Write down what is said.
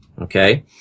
Okay